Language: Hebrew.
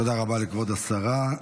תודה רבה לכבוד השרה.